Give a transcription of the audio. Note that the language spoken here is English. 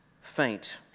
faint